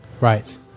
Right